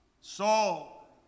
Saul